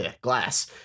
glass